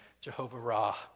Jehovah-Ra